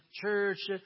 church